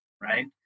right